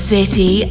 City